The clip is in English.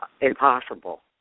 impossible